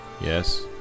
Yes